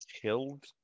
killed